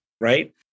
right